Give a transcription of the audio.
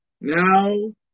now